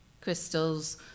crystals